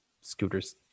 scooters